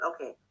okay